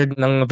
ng